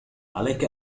عليك